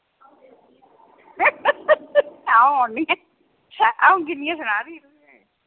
आ'ऊं औन्नी आं आऊं गिनियै सनां फ्ही तुगी